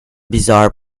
bizarre